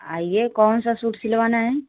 आइए कौन सा सूट सिलवाना है